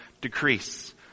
decrease